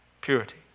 purity